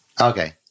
Okay